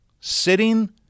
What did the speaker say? sitting